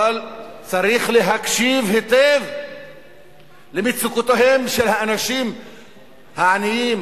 אבל צריך להקשיב היטב למצוקותיהם של האנשים העניים,